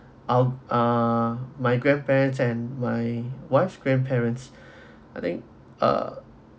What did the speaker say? I'll ah my grandparents and my wife grandparents I think uh